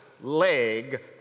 leg